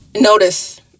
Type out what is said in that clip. Notice